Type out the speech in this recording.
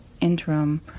interim